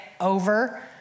over